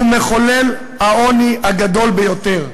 הוא מחולל העוני הגדול ביותר,